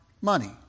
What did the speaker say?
money